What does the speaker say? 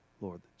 Lord